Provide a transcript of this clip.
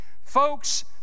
Folks